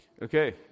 Okay